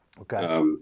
Okay